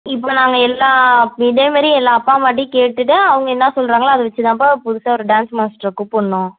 இப்போ நாங்கள் எல்லா இதே மாரி எல்லா அப்பா அம்மாகிட்டையும் கேட்டுவிட்டு அவங்க என்ன சொல்கிறாங்களோ அது வச்சுதாம்பா புதுசாக ஒரு டான்ஸ் மாஸ்ட்ரை கூப்பிட்ணும்